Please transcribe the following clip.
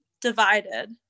divided